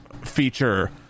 feature